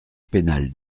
pénale